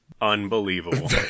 unbelievable